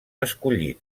escollit